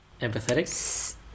Empathetic